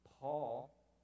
Paul